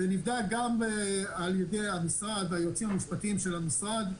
זה נבדק גם על-ידי המשרד והיועצים המשפטיים של המשרד,